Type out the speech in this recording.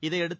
இதையடுத்து